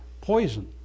poison